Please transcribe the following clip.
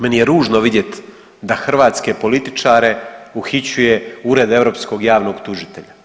Meni je ružno vidjet da hrvatske političare uhićuje Ured europskog javnog tužitelja.